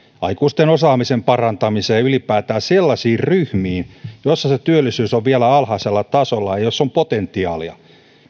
aikuisten osaamisen parantamiseen ja ylipäätään sellaisiin ryhmiin joissa se työllisyys on vielä alhaisella tasolla ja joissa on potentiaalia